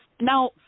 Now